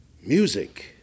music